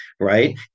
Right